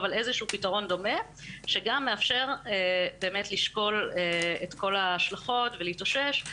על איזה שהוא פתרון דומה שגם מאפשר באמת לשקול את כל ההשלכות ולהתאושש,